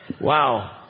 Wow